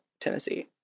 Tennessee